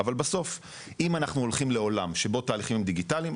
אבל בסוף אם אנחנו הולכים לעולם שבו תהליכים הם דיגיטליים,